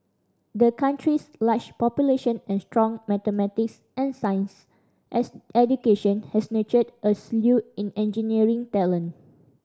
the country's large population and strong mathematics and science education has nurtured a slew in engineering talent